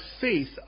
faith